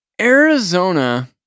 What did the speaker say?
Arizona